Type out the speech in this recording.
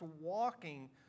walking